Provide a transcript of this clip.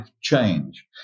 change